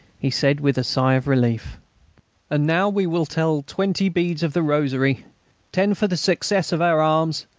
he said with a sigh of relief and now we will tell twenty beads of the rosary ten for the success of our arms,